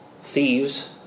thieves